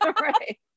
Right